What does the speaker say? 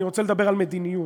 אני רוצה לדבר על מדיניות,